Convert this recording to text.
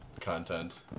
Content